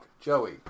Joey